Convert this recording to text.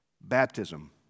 baptism